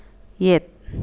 ꯌꯦꯠ